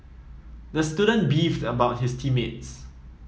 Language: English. the student beefed about his team mates